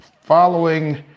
following